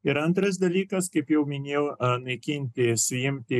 ir antras dalykas kaip jau minėjau naikinti suimti